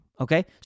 okay